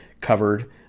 covered